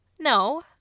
No